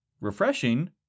refreshing